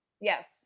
Yes